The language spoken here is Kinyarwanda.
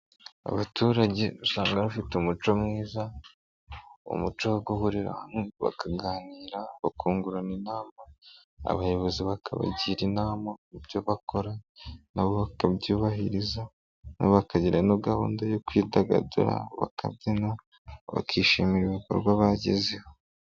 Abaturage usanga bafite umuco mwiza, umuco wo guhurira hamwe bakaganira, bakungurana inama, abayobozi bakabagira inama y'ibyo bakora na bo bakabyubahiriza, bakagira na gahunda yo kwidagadura bakabyina bakishimira ibikorwa bagezeho.